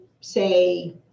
say